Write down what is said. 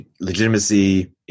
legitimacy